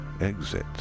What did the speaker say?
exit